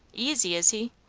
easy, is he?